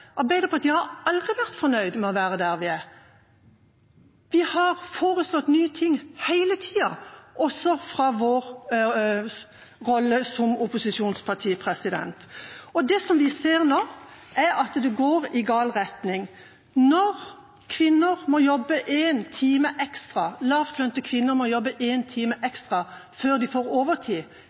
Arbeiderpartiet har aldri vært fornøyd med å være der vi er. Vi har foreslått nye ting hele tida, også fra vår rolle som opposisjonsparti. Det vi ser nå, er at det går i gal retning. Når lavtlønte kvinner må jobbe en time ekstra før de får overtid, er det med på å øke de